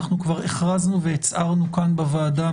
אנחנו כבר הכרזנו והצהרנו כאן בוועדה